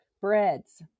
breads